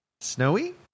Snowy